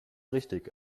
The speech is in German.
richtig